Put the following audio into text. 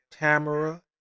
Tamara